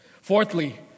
Fourthly